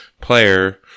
player